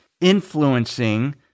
influencing